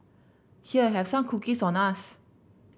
here have some cookies on us